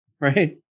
Right